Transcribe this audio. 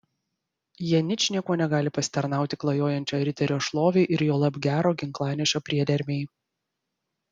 jie ničniekuo negali pasitarnauti klajojančio riterio šlovei ir juolab gero ginklanešio priedermei